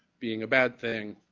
being a bad thing,